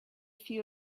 few